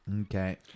Okay